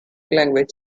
language